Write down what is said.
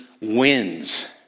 wins